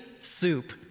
soup